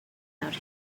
out